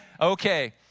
Okay